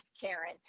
Karen